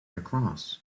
across